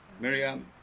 Miriam